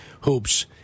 hoops